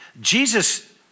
Jesus